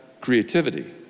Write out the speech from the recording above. creativity